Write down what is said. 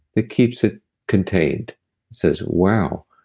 that keeps it contained says, wow,